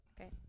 Okay